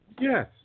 Yes